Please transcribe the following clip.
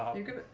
you